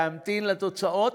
להמתין לתוצאות,